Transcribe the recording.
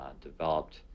developed